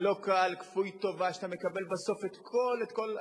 לא קל, כפוי טובה, שאתה מקבל בסוף את כל,